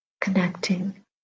connecting